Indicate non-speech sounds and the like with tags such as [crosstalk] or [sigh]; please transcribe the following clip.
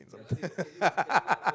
[laughs]